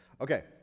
Okay